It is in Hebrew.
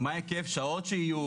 מה היקף שעות שיהיו.